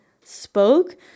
spoke